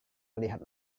melihat